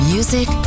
Music